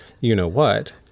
you-know-what